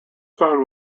phone